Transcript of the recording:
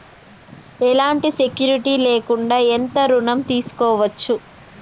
ఎలాంటి సెక్యూరిటీ లేకుండా ఎంత ఋణం తీసుకోవచ్చు?